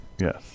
Yes